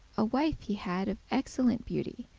a wife he had of excellent beauty,